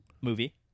movie